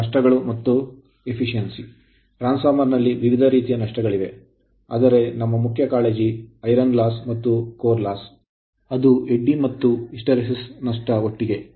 ಈಗ ನಷ್ಟಗಳು ಮತ್ತು ದಕ್ಷತೆ ಟ್ರಾನ್ಸ್ ಫಾರ್ಮರ್ ನಲ್ಲಿ ವಿವಿಧ ರೀತಿಯ ನಷ್ಟಗಳಿವೆ ಆದರೆ ನಮ್ಮ ಮುಖ್ಯ ಕಾಳಜಿ iron loss ಕಬ್ಬಿಣದ ನಷ್ಟ ಮತ್ತು core loss ಕೋರ್ ನಷ್ಟ ಅದು ಎಡ್ಡಿ ಕರೆಂಟ್ ಮತ್ತು ಹಿಸ್ಟರೆಸಿಸ್ ನಷ್ಟಒಟ್ಟಿಗೆ